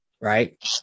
right